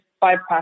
bypass